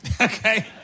Okay